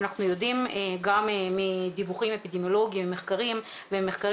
אנחנו יודעים גם מדיווחים אפידמיולוגים ממחקרים ומחקרי